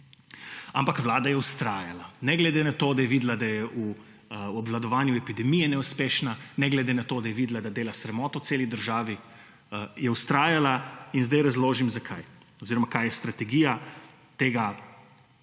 Ampak vlada je vztrajala ne glede na to, da je videla da je obvladovanju epidemije neuspešna, ne glede na to, da je videla, da dela sramoto celi državi je vztraja in zdaj razložim zakaj oziroma kaj je strategija tega,